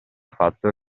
fatto